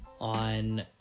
on